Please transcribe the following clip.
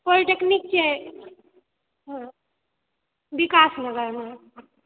polytechnic छै हँ विकासनगरमे